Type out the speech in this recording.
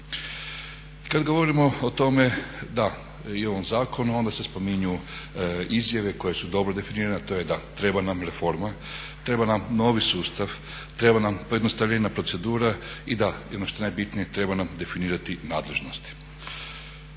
Kad govorimo o tome da i ovom zakonu onda se spominju izjave koje su dobro definirane, a to je da treba nam reforma, treba nam novi sustav, treba nam pojednostavljena procedura i da, ono što je najbitnije, treba nam definirati nadležnosti.